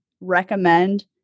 recommend